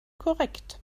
korrekt